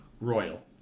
Royal